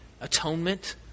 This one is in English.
atonement